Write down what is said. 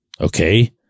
okay